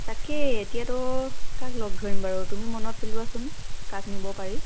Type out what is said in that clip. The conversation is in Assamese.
তাকেই এতিয়াটো কাক লগ ধৰিম বাৰু তুমি মনত পেলোৱাচোন কাক নিব পাৰি